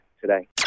today